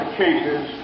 cases